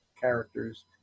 characters